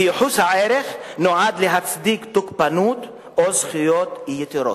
וייחוס הערך נועד להצדיק תוקפנות או זכויות יתירות".